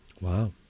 Wow